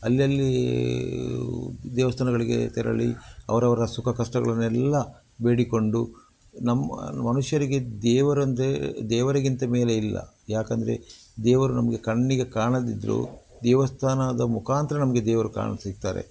ಅಲ್ಲಲ್ಲಿ ದೇವಸ್ಥಾನಗಳಿಗೆ ತೆರಳಿ ಅವ್ರ ಅವರ ಸುಖ ಕಷ್ಟಗಳನ್ನೆಲ್ಲಾ ಬೇಡಿಕೊಂಡು ನಮ್ಮ ಮನುಷ್ಯರಿಗೆ ದೇವರಂದ್ರೆ ದೇವರಿಗಿಂತ ಮೇಲೆ ಇಲ್ಲ ಯಾಕೆಂದ್ರೆ ದೇವರು ನಮಗೆ ಕಣ್ಣಿಗೆ ಕಾಣದಿದ್ದರು ದೇವಸ್ಥಾನದ ಮುಖಾಂತರ ನಮಗೆ ದೇವರು ಕಾಣ ಸಿಗ್ತಾರೆ